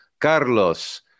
Carlos